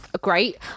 great